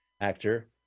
actor